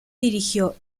dirigió